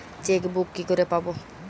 Chequebook কি করে পাবো?